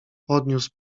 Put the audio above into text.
podniósł